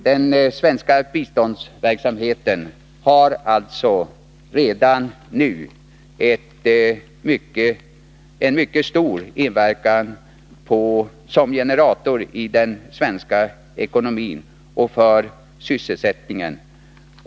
Den svenska biståndsverksamheten har alltså redan nu mycket stor inverkan som generator i svensk ekonomi och för sysselsättningen.